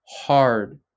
hard